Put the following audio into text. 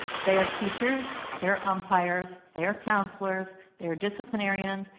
they are teachers, they are umpires, they are counselors, they are disciplinarians,